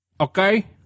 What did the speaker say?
Okay